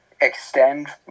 extend